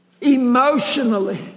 Emotionally